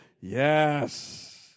yes